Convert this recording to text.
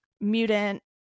Mutant